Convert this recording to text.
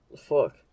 Fuck